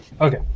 Okay